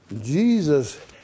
Jesus